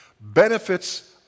benefits